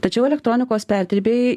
tačiau elektronikos perdirbėjai